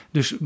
Dus